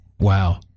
Wow